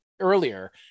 earlier